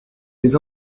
les